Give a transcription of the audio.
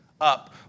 up